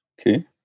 Okay